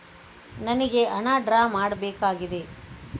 ನನಿಗೆ ಹಣ ಡ್ರಾ ಮಾಡ್ಬೇಕಾಗಿದೆ